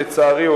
לצערי,